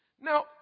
Now